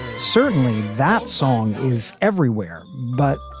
certainly that song is everywhere, but